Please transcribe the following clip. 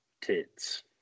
tits